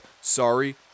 sorry